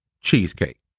cheesecake